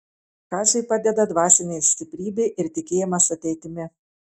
kaziui padeda dvasinė stiprybė ir tikėjimas ateitimi